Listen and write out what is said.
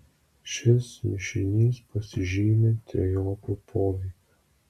šis mišinys pasižymi trejopu poveikiu